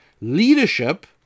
leadership